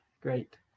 great